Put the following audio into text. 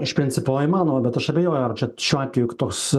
iš principo įmanoma bet aš abejoju ar čia šiuo atveju tos